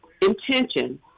intention